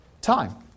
time